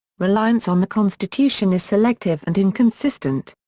reliance on the constitution is selective and inconsistent.